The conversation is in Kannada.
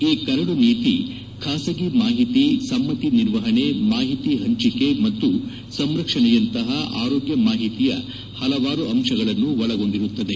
ಈ ಕರಡು ನೀತಿ ಖಾಸಗಿ ಮಾಹಿತಿ ಸಮ್ಮತಿ ನಿರ್ವಹಣೆ ಮಾಹಿತಿ ಹಂಚಿಕೆ ಮತ್ತು ಸಂರಕ್ಷಣೆಯಂತಹ ಆರೋಗ್ಗ ಮಾಹಿತಿಯ ಹಲವಾರು ಅಂಶಗಳನ್ನು ಒಳಗೊಂಡಿರುತ್ತದೆ